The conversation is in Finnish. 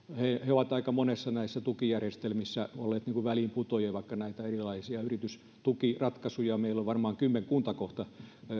ovat aika monissa näissä tukijärjestelmissä olleet väliinputoajia vaikka näitä erilaisia yritystukiratkaisuja meillä on varmaan kymmenkunta kohta